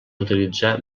utilitzar